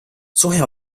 suhe